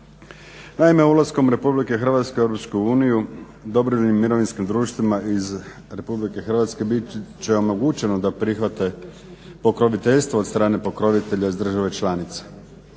Naime, ulaskom Republike Hrvatske u EU dobrovoljnim mirovinskim društvima iz RH biti će omogućeno da prihvate pokroviteljstvo od strane pokrovitelja iz država članica.